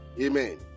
Amen